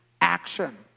action